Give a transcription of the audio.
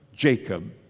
Jacob